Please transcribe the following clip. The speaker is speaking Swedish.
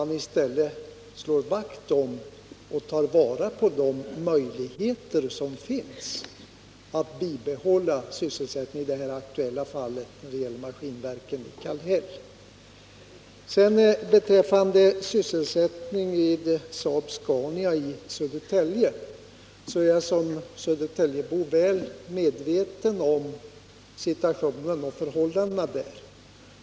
I stället borde man ta vara på de möjligheter som finns att bibehålla sysselsättningen, i det här aktuella fallet vid Maskinverken i Kallhäll. När det gäller frågan om sysselsättningstillfällen vid Saab-Scania i Södertälje är jag som södertäljebo väl medveten om situationen där.